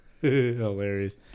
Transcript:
Hilarious